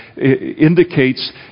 indicates